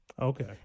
Okay